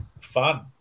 fun